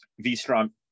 V-Strom